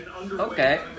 Okay